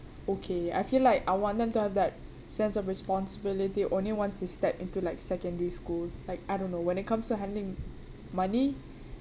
okay I feel like I want them to have that sense of responsibility only once they step into like secondary school like I don't know when it comes to handling money